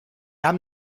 haben